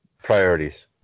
Priorities